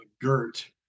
GERT